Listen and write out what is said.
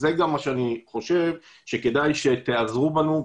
אני חושב שכדאי שתיעזרו בנו,